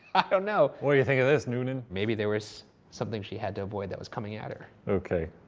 i don't know. what do you think of this, noonan? maybe there was something she had to avoid that was coming at her. okay,